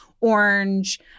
orange